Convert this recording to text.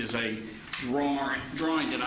is a drawing